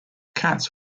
cats